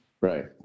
Right